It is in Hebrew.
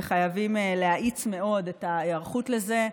וחייבים להאיץ מאוד את ההיערכות לזה.